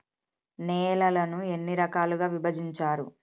నేలలను ఎన్ని రకాలుగా విభజించారు?